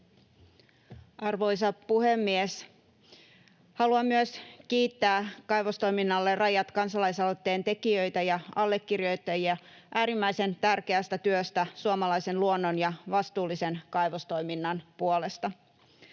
Arvoisa puhemies! Haluan myös kiittää Kaivostoiminnalle rajat ‑kansalaisaloitteen tekijöitä ja allekirjoittajia äärimmäisen tärkeästä työstä suomalaisen luonnon ja vastuullisen kaivostoiminnan puolesta.